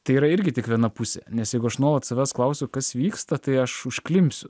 tai yra irgi tik viena pusė nes jeigu aš nuolat savęs klausiu kas vyksta tai aš užklimpsiu